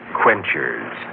quenchers